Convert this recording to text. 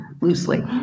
loosely